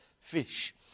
fish